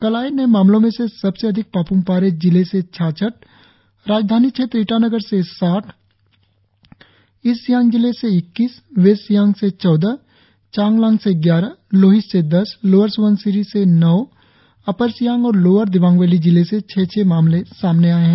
कल आए नए मामलों में से सबसे अधिक पाप्मपारे जिले से छाछठ राजधानी क्षेत्र ईटानगर साठ ईस्ट् सियांग से इक्कीस वेस्ट सियांग चौदह चांगलांग से ग्यारह लोहित से दस लोअर स्बनसिरी से नौ अपर सियांग और लोअर दिवांग वैली जिले से छह छह मामले सामने आए है